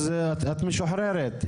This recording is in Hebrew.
את משוחררת,